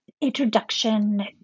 introduction